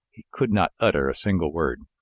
he could not utter a single word.